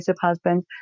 husband